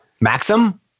Maxim